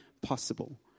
possible